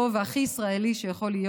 טוב והכי ישראלי שיכול להיות.